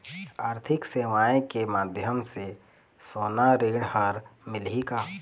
आरथिक सेवाएँ के माध्यम से सोना ऋण हर मिलही का?